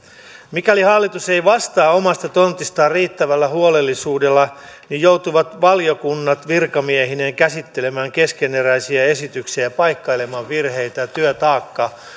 mikäli hallitus ei vastaa omasta tontistaan riittävällä huolellisuudella joutuvat valiokunnat virkamiehineen käsittelemään keskeneräisiä esityksiä ja paikkailemaan virheitä ja työtaakka